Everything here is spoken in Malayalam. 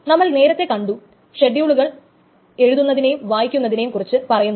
നമ്മൾ നേരത്തെ കണ്ടു ഷെഡ്യൂളുകൾ എഴുതുന്നതിനെയും വായിക്കുന്നതിനെയും കുറിച്ച് പറയുന്നുണ്ട്